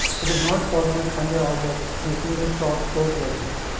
it is not possible to convey all that in a single short course like this.